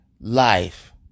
life